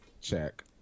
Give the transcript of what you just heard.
check